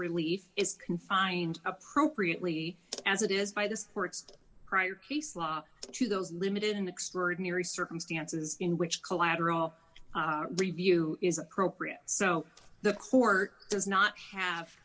relief is confined appropriately as it is by the sport's case law to those limited in extraordinary circumstances in which collateral review is appropriate so the court does not have